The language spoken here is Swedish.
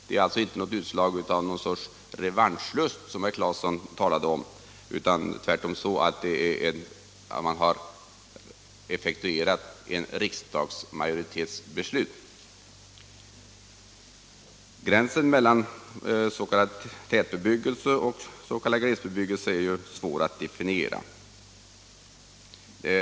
Det är alltså inte ett utslag av någon sorts revanschlust som herr Claeson talade om, utan tvärtom så att man har effektuerat ett majoritetsbeslut av riksdagen. Gränsen mellan tätbebyggelse och glesbebyggelse är svår att definiera.